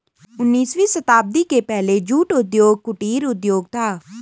उन्नीसवीं शताब्दी के पहले जूट उद्योग कुटीर उद्योग था